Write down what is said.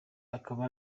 akaba